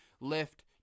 lift